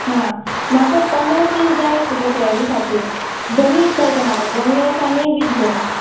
हां म्हाका पंदरा किल जाय आशिल्ले ग्रेवी खातीर दोनीत चलता म्हाका बोनलेस आनी वीथ बोन्स